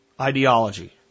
ideology